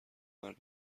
مرد